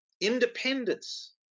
independence